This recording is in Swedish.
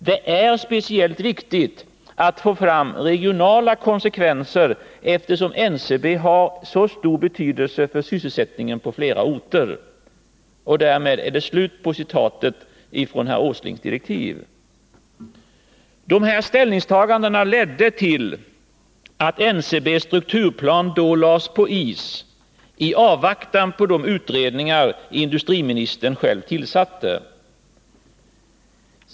Det är speciellt viktigt att få fram regionala konsekvenser eftersom Ncb har så stor betydelse för sysselsättningen på flera orter.” De här ställningstagandena ledde till att NCB:s strukturplan då lades på is i avvaktan på de utredningar industriministern själv tillsatte.